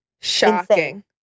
shocking